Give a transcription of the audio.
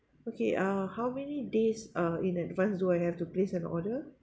okay uh how many days uh in advance do I have to place an order